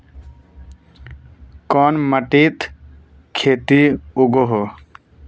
कोन माटित खेती उगोहो?